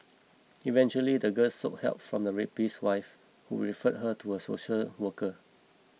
eventually the girl sought help from the rapist's wife who referred her to a social worker